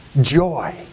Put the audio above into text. joy